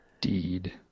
Deed